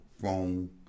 phone